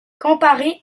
comparer